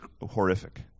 horrific